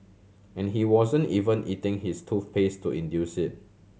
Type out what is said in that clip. and he wasn't even eating his toothpaste to induce it